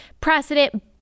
precedent